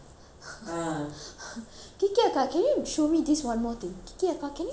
kiki அக்கா:akka can you show me this one more thing kiki அக்கா:akka can you show me this one more thing